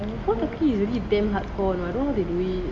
cold turkey is really damn hardcore know I don't know how they do it